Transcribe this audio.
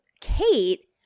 Kate